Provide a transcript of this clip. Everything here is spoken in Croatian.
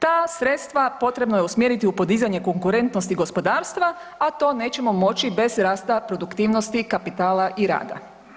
Ta sredstva potrebno je usmjeriti u podizanje konkurentnosti gospodarstva, a to nećemo moći bez rasta produktivnosti kapitala i rada.